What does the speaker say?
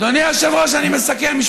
אדוני היושב-ראש, אני מסכם.